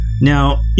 Now